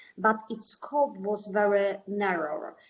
but its scope was very narrow.